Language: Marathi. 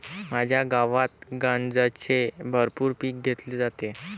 माझ्या गावात गांजाचे भरपूर पीक घेतले जाते